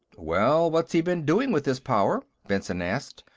well, what's he been doing with his power? benson asked.